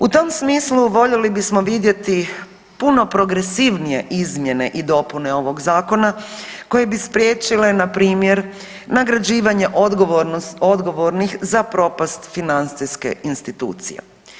U tom smislu voljeli bismo vidjeti puno progresivnije izmjene i dopune ovog zakona koje bi spriječile na primjer nagrađivanje odgovornih za propast financijske institucije.